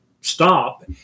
Stop